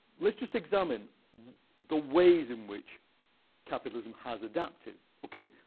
let's just examine the ways in which capitalism has adapted. ok,